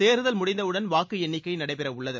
தேர்தல் முடிந்தவுடன் வாக்கு எண்ணிக்கை நடைபெறவுள்ளது